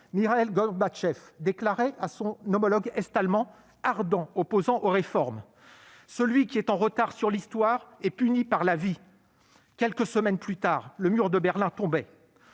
Mikhaïl Gorbatchev déclarait à son homologue est-allemand, ardent opposant aux réformes, « celui qui est en retard sur l'histoire est puni par la vie ». Quelques semaines plus tard, le mur de Berlin tombait.